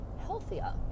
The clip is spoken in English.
healthier